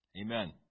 Amen